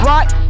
Right